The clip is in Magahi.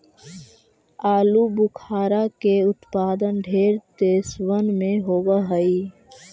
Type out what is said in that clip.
आलूबुखारा के उत्पादन ढेर देशबन में होब हई